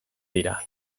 dira